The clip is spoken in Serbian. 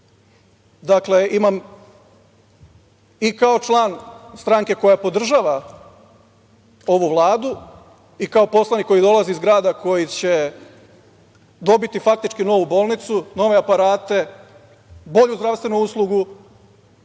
imam i kao član stranke koja podržava ovu Vladu i kao poslanik koji dolazi iz grada, koji će dobiti faktički novu bolnicu, nove aparate, bolju zdravstvenu uslugu,